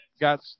got